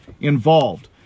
involved